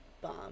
bomb